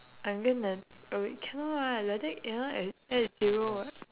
I'm gonna oh wait cannot [what] like that cannot add add a zero [what]